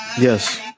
Yes